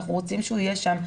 אנחנו רוצים שהוא יהיה שם,